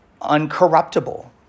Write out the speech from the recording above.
uncorruptible